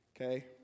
Okay